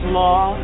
law